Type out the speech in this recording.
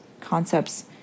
concepts